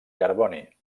carboni